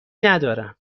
ندارم